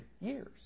years